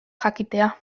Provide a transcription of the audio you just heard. jakitea